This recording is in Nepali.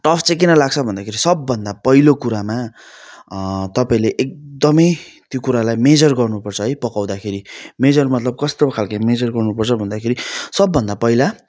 टफ चाहिँ किन लाग्छ भन्दाखेरि सबभन्दा पहिलो कुरामा तपाइँले एकदमै त्यो कुरालाई मेजर गर्नु पर्छ है पकाउँदाखेरि मेजर मतलब कस्तो खाले मेजर गर्नु पर्छ भन्दाखेरि सबभन्दा पहिला